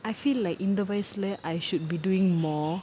I feel like இந்த வயசுல:intha vayasula I should be doing more